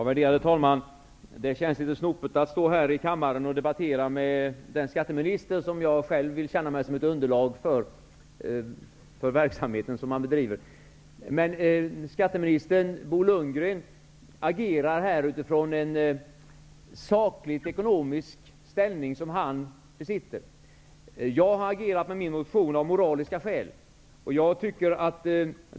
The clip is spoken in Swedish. Värderade talman! Det känns litet snopet att stå här i kammaren och debattera med den skatteminister vars verksamhet jag själv vill känna mig som ett underlag för. Skatteminister Bo Lundgren agerar dock här utifrån en sakligt ekonomisk ställning som han besitter. Jag har med min motion agerat utifrån moraliska skäl.